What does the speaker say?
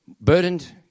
Burdened